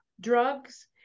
drugs